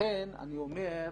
לכן אני אומר,